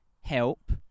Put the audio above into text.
help